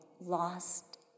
lost